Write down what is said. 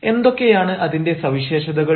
എന്തൊക്കെയാണ് അതിന്റെ സവിശേഷതകൾ